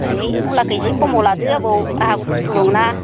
ओइ मुलाखै एसे खमाव लादो आबौ आहाबो खस्थ दं ना